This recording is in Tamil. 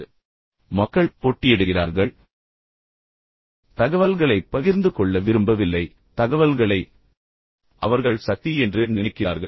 எனவே மக்கள் போட்டியிடுகிறார்கள் அவர்கள் போட்டியிடும்போது தகவல்களை மறைக்கிறார்கள் தகவல்களைப் பகிர்ந்து கொள்ள விரும்பவில்லை தகவல்களை அவர்கள் சக்தி என்று நினைக்கிறார்கள்